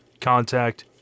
contact